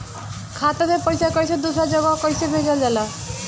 खाता से पैसा कैसे दूसरा जगह कैसे भेजल जा ले?